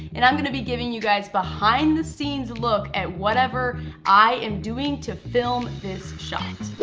and i'm gonna be giving you guys behind the scenes look at whatever i am doing to film this shot.